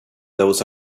those